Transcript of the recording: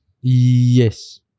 Yes